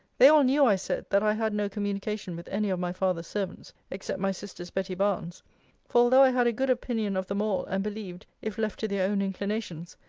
they all knew, i said, that i had no communication with any of my father's servants, except my sister's betty barnes for although i had a good opinion of them all, and believed, if left to their own inclinations,